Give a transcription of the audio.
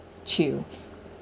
chill